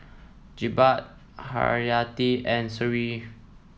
Jebat Haryati and Sofea